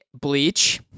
Bleach